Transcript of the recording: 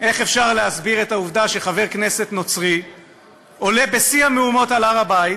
איך אפשר להסביר את העובדה שחבר כנסת נוצרי עולה בשיא המהומות להר-הבית,